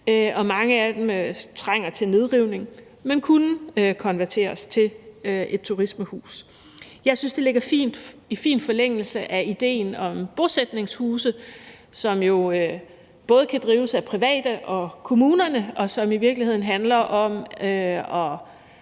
og mange af dem er klar til nedrivning, men de kunne konverteres til turismehuse. Jeg synes, det ligger i fin forlængelse af idéen om bosætningshuse, som jo både kan drives af private og kommunerne, og som i virkeligheden handler om at